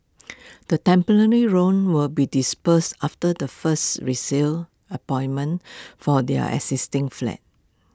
the temporary roan will be disbursed after the first resale appointment for their existing flat